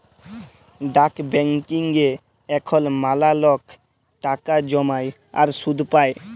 ডাক ব্যাংকিংয়ে এখল ম্যালা লক টাকা জ্যমায় আর সুদ পায়